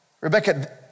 Rebecca